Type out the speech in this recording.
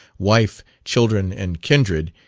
wife, children, and kindred,